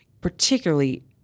particularly